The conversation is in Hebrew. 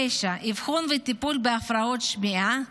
דבר תשיעי, אבחון הפרעות שמיעה